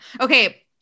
Okay